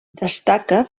destaca